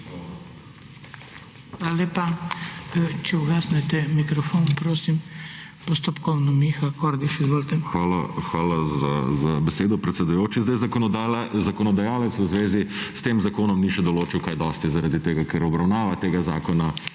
Hvala za besedo, predsedujoči. Zdaj, zakonodajalec v zvezi s tem zakonom ni še določil kaj dosti, zaradi tega ker obravnava tega zakona